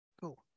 cool